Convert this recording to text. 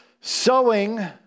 Sowing